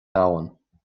domhan